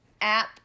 app